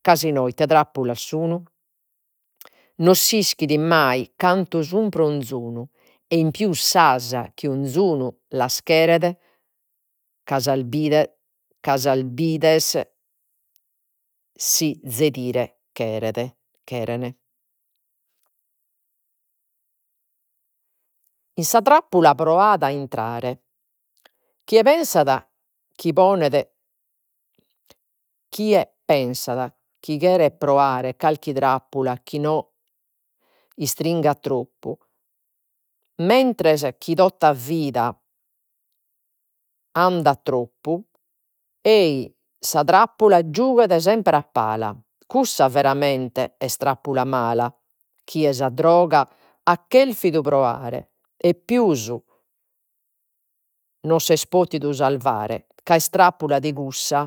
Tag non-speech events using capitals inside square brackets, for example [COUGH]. Ca si no ite trappulas sun, non s'ischit mai cantu sun pro 'onzunu, e in pius [HESITATION] chi 'onzunu las cheret, ca a sas [HESITATION] ca sas bides si [UNINTELLIGIBLE] cheret [HESITATION] cheren in sa trappula proat a intrare, chie pensat chi ponet, chie pensat chi cheret proare carchi trappula, chi no istringat troppu mentres chi tota vida andat troppu ei sa trappula giughet sempre a pala, cussa veramente est trappula mala chie sa droga hat cherfidu proare e pius no s'est potidu salvare, ca est trappula de cussa,